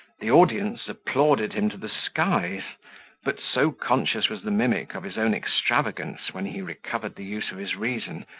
the audience applauded him to the skies but so conscious was the mimic of his own extravagance when he recovered the use of his reason,